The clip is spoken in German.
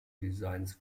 designs